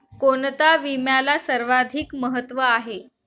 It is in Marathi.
कोणता विम्याला सर्वाधिक महत्व आहे?